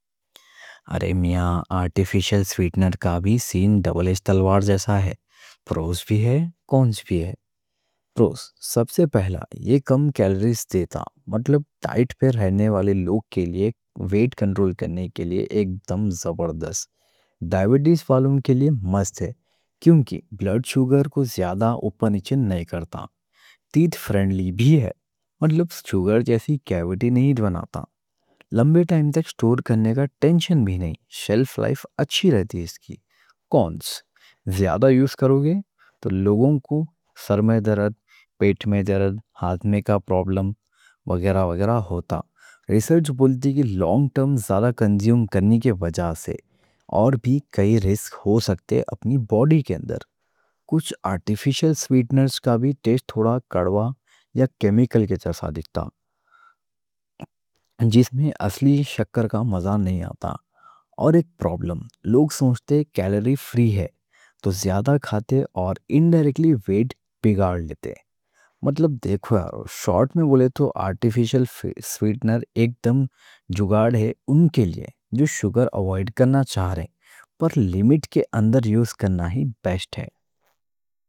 ارے میاں آرٹیفیشل سویٹنر کا بھی سین ڈبل ایج تلوار جیسا ہے، پروز بھی ہے کونس بھی ہے۔ پروز سب سے پہلا، یہ کم کیلوریز دیتا۔ مطلب ڈائٹ پہ رہنے والے لوگوں کے لیے ویٹ کنٹرول کرنے کے لیے ایک دم زبردست۔ ڈائیبٹیز والوں کے لیے مست ہے کیونکہ بلڈ شوگر کو زیادہ سپائک نہیں کرتا۔ تیتھ فرینڈلی بھی ہے، مطلب شوگر جیسی کیویٹی نہیں بناتا۔ لمبے ٹائم تک سٹور کرنے کا ٹینشن بھی نہیں، شیلف لائف اچھی رہتی ہے۔ کونس: زیادہ یوز کرو گے تو لوگوں کو سر میں درد، پیٹ میں درد، ہاضمے کا پرابلم وغیرہ وغیرہ ہوتا۔ ریسرچ بولتی کہ لانگ ٹرم زیادہ کنزیوم کرنے کے وجہ سے اور بھی کائیں رسک ہو سکتے اپنی باڈی کے اندر۔ کچھ آرٹیفیشل سویٹنر کا بھی ٹیسٹ تھوڑا کڑوا یا کیمیکل کے جیسا لگتا، اصلی شکر کا مزہ نہیں آتا۔ اور ایک پرابلم، لوگ سوچتے کیلوری فری ہے تو زیادہ کھاتے اور انڈائریکٹلی ویٹ بگاڑ لیتے۔ مطلب دیکھو یارو، شارٹ میں بولے تو آرٹیفیشل سویٹنر ایک دم جگاڑ ہے اُن کے لیے جو شکر اوائڈ کرنا چاہ رہے، پر لیمٹ کے اندر یوز کرنا ہی بیشت ہے۔